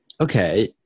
okay